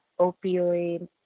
opioid